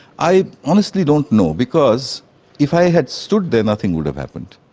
i honestly don't know, because if i had stood there nothing would have happened.